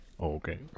okay